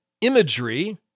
imagery